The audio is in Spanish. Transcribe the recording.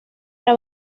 era